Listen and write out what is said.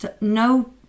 no